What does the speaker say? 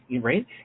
right